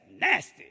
nasty